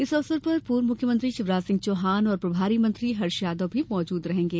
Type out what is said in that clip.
इस अवसर पर पूर्व मुख्यमंत्री शिवराज सिंह चौहान व प्रभारी मंत्री हर्ष यादव भी मौजूद रहेंगे